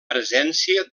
presència